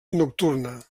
nocturna